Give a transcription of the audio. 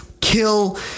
kill